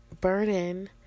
burning